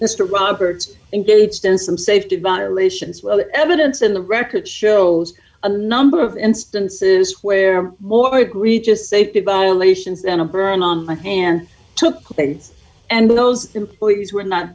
mr roberts engaged in some safety violations well evidence in the record shows a number of instances where more egregious safety violations than a burn on my hand took place and those employees were not